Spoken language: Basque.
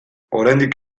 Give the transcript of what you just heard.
oraindik